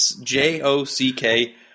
J-O-C-K